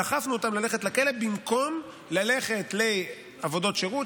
דחפנו אותם ללכת לכלא במקום ללכת לעבודות שירות,